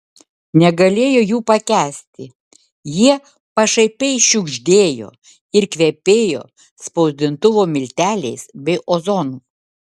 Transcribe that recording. negalėjo jų pakęsti jie pašaipiai šiugždėjo ir kvepėjo spausdintuvo milteliais bei ozonu